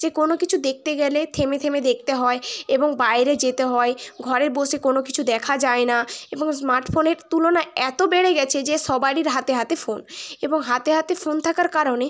যে কোনো কিছু দেখতে গেলে থেমে থেমে দেখতে হয় এবং বাইরে যেতে হয় ঘরে বসে কোনো কিছু দেখা যায় না এবং স্মার্টফোন তুলনায় এত বেড়ে গিয়েছে যে সবারই হাতে হাতে ফোন এবং হাতে হাতে ফোন থাকার কারণে